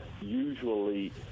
usually